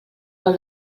pel